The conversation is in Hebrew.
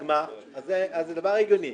כשהוא הזכיר לי את בעלי הגמ"חים המבוגרים.